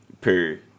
Period